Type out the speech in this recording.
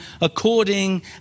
according